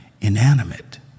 inanimate